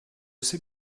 sais